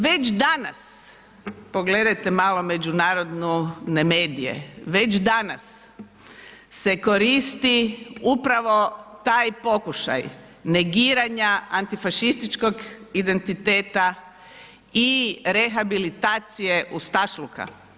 Već danas pogledajte malo međunarodne medije, već danas se koristi upravo taj pokušaj negiranja antifašističkog identiteta i rehabilitacije ustašluka.